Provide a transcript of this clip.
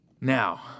Now